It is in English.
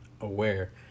aware